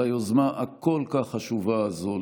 על היוזמה הכל-כך חשובה הזאת,